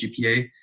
GPA